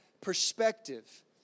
perspective